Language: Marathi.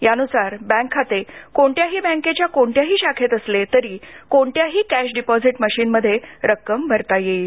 या नुसार बँक खाते कोणत्याही बँकेच्या कोणत्याही शाखेत असले तरी कोणत्याही कॅश डिपॉझिट मशीन मध्ये रक्कम भरता येईल